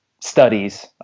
studies